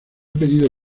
pedido